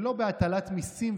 ולא בהטלת מיסים,